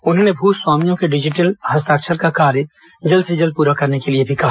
उन्होंने भू स्वामियों के डिजीटल हस्ताक्षर का कार्य जल्द से जल्द पूरा करने के लिए भी कहा